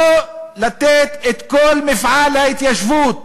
לא לתת את כל מפעל ההתיישבות